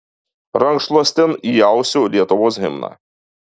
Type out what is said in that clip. rankšluostin įausiu lietuvos himną